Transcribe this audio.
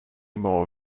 more